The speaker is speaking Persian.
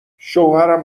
شوهرم